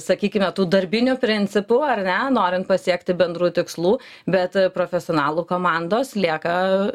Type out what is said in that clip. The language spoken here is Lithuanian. sakykime tų darbinių principų ar ne norint pasiekti bendrų tikslų bet profesionalų komandos lieka